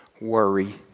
worry